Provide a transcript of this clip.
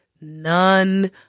None